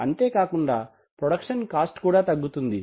అంతేకాకుండా production cost కూడా తగ్గుతుంది